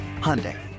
Hyundai